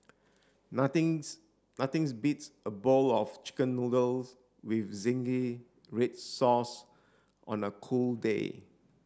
nothing's nothing's beats a bowl of chicken noodles with zingy red sauce on a cold day